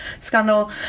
scandal